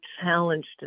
challenged